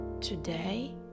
Today